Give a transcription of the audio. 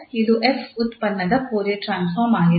ಇದು 𝑓 ಉತ್ಪನ್ನದ Fourier transform ಆಗಿದೆ